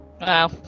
wow